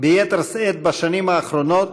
ביתר שאת בשנים האחרונות,